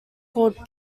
called